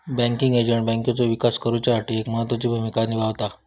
banking agent बँकेचो विकास करुच्यासाठी एक महत्त्वाची भूमिका निभावता